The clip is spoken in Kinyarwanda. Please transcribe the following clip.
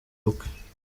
ubukwe